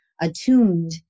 attuned